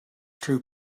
true